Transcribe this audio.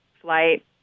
flight